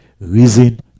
reason